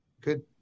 good